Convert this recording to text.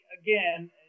again